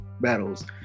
battles